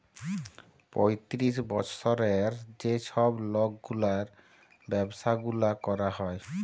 পঁয়তিরিশ বসরের যে ছব লকগুলার ব্যাবসা গুলা ক্যরা হ্যয়